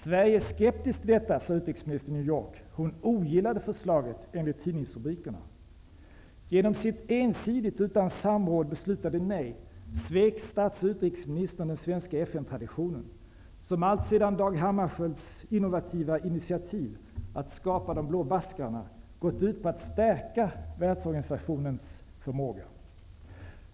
Sverige är skeptiskt till detta, sade utrikesministern i New York. Hon ogillade förslaget enligt tidningsrubrikerna. Genom sitt ensidigt och utan samråd beslutade nej svek statsministern och utrikesministern den svenska FN-traditionen som alltsedan Dag Hammarskjölds innovativa initiativ att skapa de blå baskrarna gått ut på att stärka världsorganisationens förmåga.